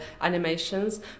animations